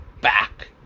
back